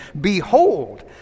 Behold